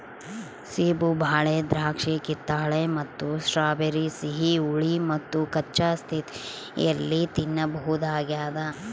ಸೇಬು ಬಾಳೆ ದ್ರಾಕ್ಷಿಕಿತ್ತಳೆ ಮತ್ತು ಸ್ಟ್ರಾಬೆರಿ ಸಿಹಿ ಹುಳಿ ಮತ್ತುಕಚ್ಚಾ ಸ್ಥಿತಿಯಲ್ಲಿ ತಿನ್ನಬಹುದಾಗ್ಯದ